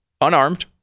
unarmed